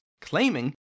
claiming